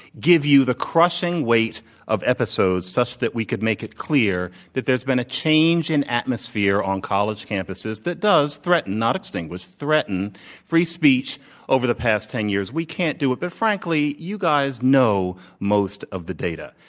give you the crushing weight of episodes such that we could make it clear that there's been a change in atmosphere on college campuses that does threaten, not extinguish, threaten free speech over the past ten years. we can't do it. but, frankly, you guys know most of the data.